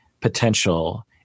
potential